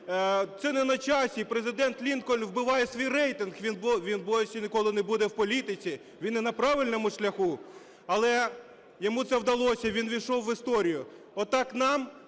це не на часі, Президент Лінкольн вбиває свій рейтинг, він більше ніколи не буде в політиці, він не на правильному шляху. Але йому це вдалося, він ввійшов в історію. Отак нам